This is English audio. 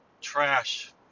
trash